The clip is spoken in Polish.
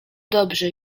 dobrze